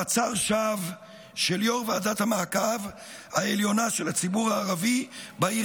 מעצר שווא של יו"ר ועדת המעקב העליונה של הציבור הערבי בעיר